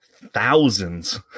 thousands